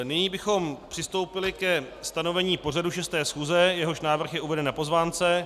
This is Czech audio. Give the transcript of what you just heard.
Nyní bychom přistoupili ke stanovení pořadu 6. schůze, jehož návrh je uveden na pozvánce.